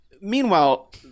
Meanwhile